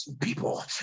people